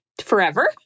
forever